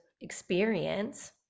experience